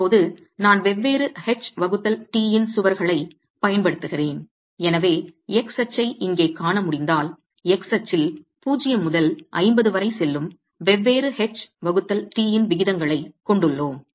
இப்போது நான் வெவ்வேறு h வகுத்தல் t இன் சுவர்களைப் பயன்படுத்துகிறேன் எனவே X அச்சை இங்கே காண முடிந்தால் x அச்சில் 0 முதல் 50 வரை செல்லும் வெவ்வேறு h வகுத்தல் t இன் விகிதங்களைக் கொண்டுள்ளோம்